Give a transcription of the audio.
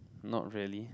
not really